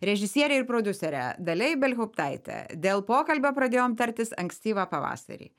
režisiere ir prodiusere dalia ibelhauptaite dėl pokalbio pradėjom tartis ankstyvą pavasarį